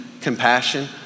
compassion